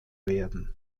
werden